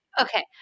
Okay